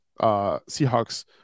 Seahawks